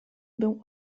był